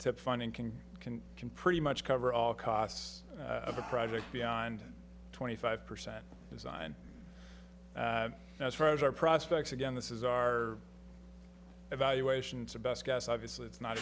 tip funding can can can pretty much cover all costs of a project beyond twenty five percent design as far as our prospects again this is our evaluations a best guess obviously it's not